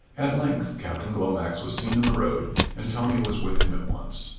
at length captain glomax was seen in the road and tony was with him at once,